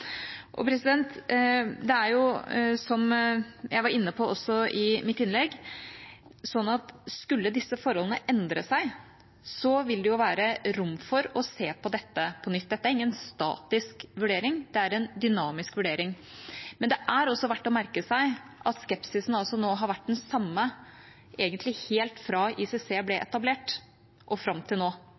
Det er, som jeg også var inne på i mitt innlegg, sånn at skulle disse forholdene endre seg, vil det være rom for å se på dette på nytt. Dette er ingen statisk vurdering, det er en dynamisk vurdering. Men det er også verdt å merke seg at skepsisen egentlig har vært den samme helt fra ICC ble etablert, og fram til nå.